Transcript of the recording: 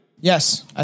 yes